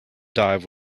dive